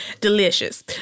Delicious